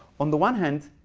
on the one hand,